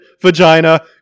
vagina